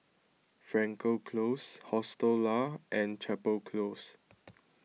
Frankel Close Hostel Lah and Chapel Close